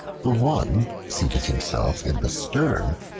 the one seated himself in the stem,